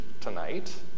tonight